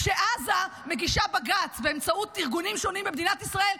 כשעזה מגישה בג"ץ באמצעות ארגונים שונים במדינת ישראל,